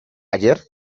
ayer